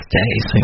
days